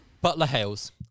Butler-Hales